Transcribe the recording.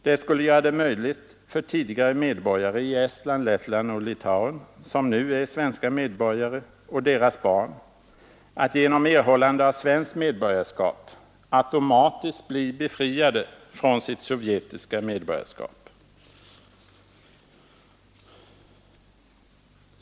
Det skulle göra det möjligt för tidigare medborgare i Estland, Lettland och Litauen som nu är svenska medborgare och deras barn att genom erhållande av svenskt medborgarskap automatiskt bli befriade från sitt sovjetiska medborgarskap.